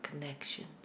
connections